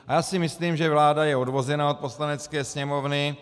A já si myslím, že vláda je odvozena od Poslanecké sněmovny.